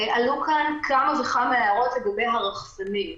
עלו כאן כמה וכמה הערות לגבי הרחפנים.